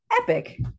epic